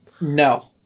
No